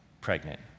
pregnant